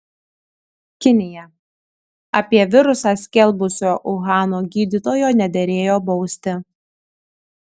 kinija apie virusą skelbusio uhano gydytojo nederėjo bausti